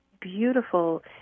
beautiful